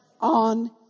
on